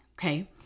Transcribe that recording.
Okay